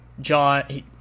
John